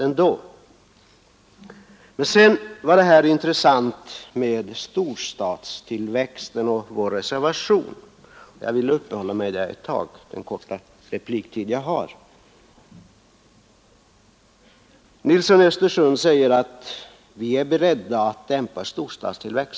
Vidare var det intressant med talet om storstadstillväxten och den inställning som kommit till uttryck i vår reservation. Jag vill under återstoden av min korta repliktid försöka hinna med några ord om detta.